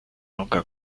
nunca